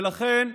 ולכן,